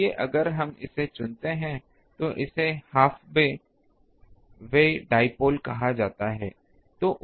इसलिए अगर हम इसे चुनते हैं तो इसे हाफ वे डाइपोल कहा जाता है